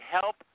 help